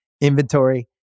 inventory